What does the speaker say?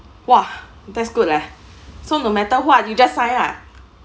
!wah! that's good leh so no matter what you just sign ah